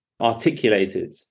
articulated